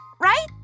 right